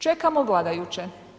Čekamo vladajuće.